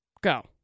go